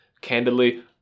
Candidly